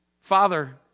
father